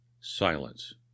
silence